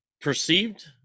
perceived